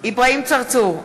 אברהים צרצור,